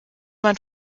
man